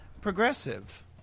Progressive